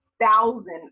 Thousand